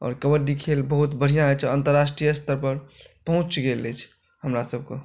आओर कबड्डी खेल बहुत बढ़िआँ अछि अन्तराष्ट्रीय स्तरपर पहुँच गेल अछि हमरा सभके